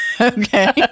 okay